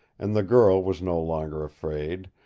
and the girl was no longer afraid,